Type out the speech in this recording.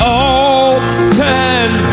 all-time